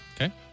Okay